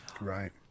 Right